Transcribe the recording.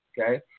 Okay